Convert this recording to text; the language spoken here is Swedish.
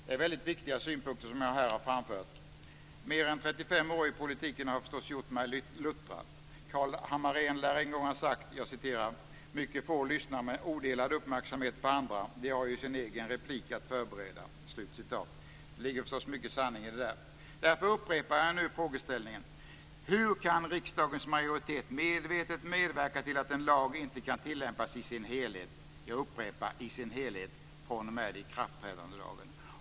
Det är väldigt viktiga synpunkter som jag här har framfört. Mer än 35 år i politiken har förstås gjort mig luttrad. Carl Hammarén lär en gång ha sagt: "Mycket få människor lyssnar med odelad uppmärksamhet på andra, de har ju sin egen replik att förbereda". Det ligger förstås mycket av sanning i det. Därför upprepar jag nu frågeställningen: Hur kan riksdagens majoritet medvetet medverka till att en lag inte kan tillämpas i sin helhet - jag upprepar i sin helhet - fr.o.m. ikraftträdandedagen?